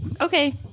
Okay